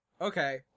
Okay